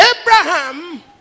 Abraham